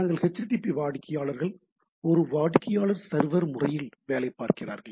நாங்கள் ஹெச்டிடிபி வாடிக்கையாளர்கள் ஒரு வாடிக்கையாளர் சர்வர் முறையில் வேலை பார்க்கிறார்கள்